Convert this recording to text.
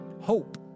hope